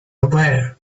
aware